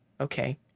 Okay